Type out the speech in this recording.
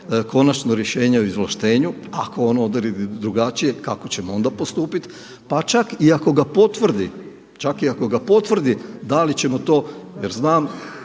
konačno rješenje o izvlaštenju, ako ono odredi drugačije kako ćemo onda postupiti. Pa čak i ako ga potvrdi da li ćemo to, jer znam